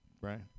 Right